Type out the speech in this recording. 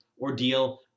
ordeal